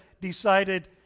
decided